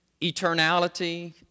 eternality